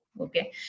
Okay